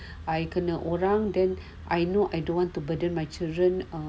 I kena orang then I know I don't want to burden my children um